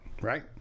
right